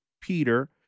Peter